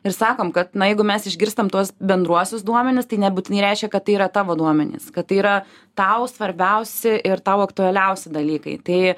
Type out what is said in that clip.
ir sakom kad na jeigu mes išgirstam tuos bendruosius duomenis tai nebūtinai reiškia kad tai yra tavo duomenys kad yra tau svarbiausi ir tau aktualiausi dalykai tai